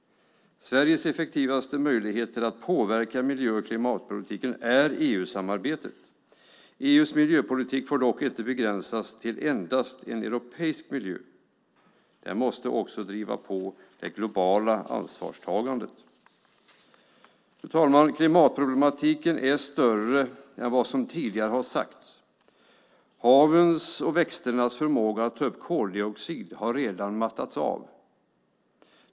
Sveriges effektivaste möjligheter att påverka miljö och klimatpolitiken är genom EU-samarbetet. EU:s miljöpolitik får dock inte begränsas till endast en bättre europeisk miljö, den måste också driva på det globala ansvarstagandet. Fru talman! Klimatproblemen är större än vad som tidigare sagts. Havens och växternas förmåga att ta upp koldioxid har redan mattats av.